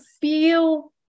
feel